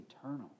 eternal